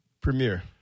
premiere